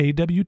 AWT